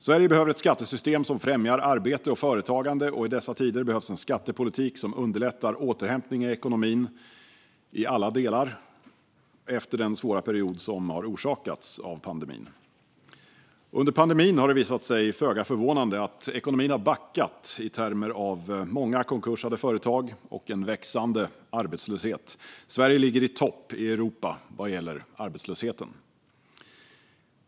Sverige behöver ett skattesystem som främjar arbete och företagande, och i dessa tider behövs en skattepolitik som underlättar återhämtning i alla delar av ekonomin efter den svåra period som orsakats av pandemin. Under pandemin har det visat sig, föga förvånande, att ekonomin backat i termer av många konkursade företag och växande arbetslöshet. Sverige ligger i topp i Europa vad gäller hög arbetslöshet.